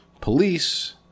police